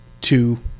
two